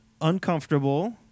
uncomfortable